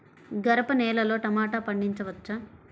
గరపనేలలో టమాటా పండించవచ్చా?